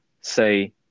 Say